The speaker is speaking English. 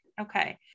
okay